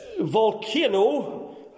volcano